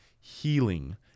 healing